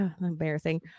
embarrassing